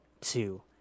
two